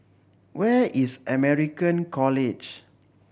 where is American College